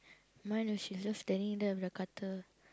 mine no she's just standing there with the cutter